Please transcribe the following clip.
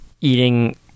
eating